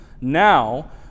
now